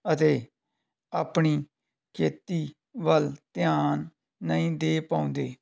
ਅਤੇ ਆਪਣੀ ਖੇਤੀ ਵੱਲ ਧਿਆਨ ਨਹੀਂ ਦੇ ਪਾਉਂਦੇ